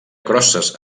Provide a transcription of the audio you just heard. crosses